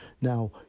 Now